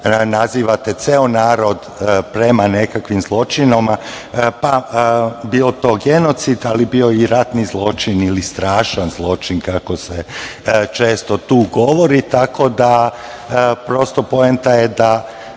nazivate ceo narod prema nekakvim zločinima, pa bilo to genocid, ali bio i ratni zločin ili strašan zločin, kako se često tu govori. Tako da, prosto, poenta je da